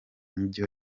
mujyi